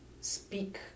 speak